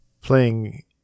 playing